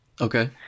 Okay